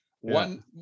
One